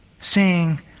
Sing